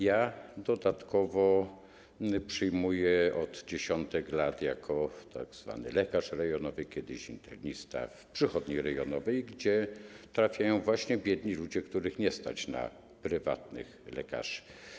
Ja dodatkowo przyjmuję od dziesiątków lat jako tzw. lekarz rejonowy, kiedyś internista w przychodni rejonowej, gdzie trafiają właśnie biedni ludzie, których nie stać na prywatnych lekarzy.